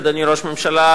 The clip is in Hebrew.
אדוני ראש הממשלה,